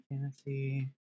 Fantasy